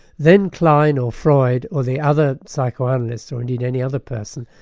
then klein or freud or the other psychoanalysts, or indeed any other person,